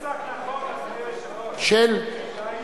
הצעת סיעת מרצ להביע אי-אמון בממשלה לא נתקבלה.